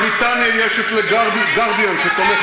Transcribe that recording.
בבריטניה יש ""The Guardian שתומך